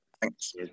Thanks